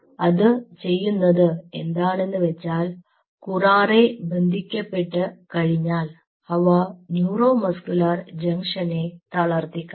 അത് ചെയ്യുന്നത് എന്താണെന്ന് വെച്ചാൽ കുറാറെ ബന്ധിക്കപ്പെട്ടു കഴിഞ്ഞാൽ അവ ന്യൂറോ മസ്കുലർ ജംഗ്ഷനെ തളർത്തിക്കളയും